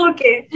Okay